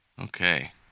Okay